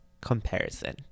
comparison